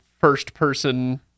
first-person